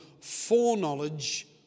foreknowledge